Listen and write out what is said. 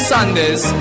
Sundays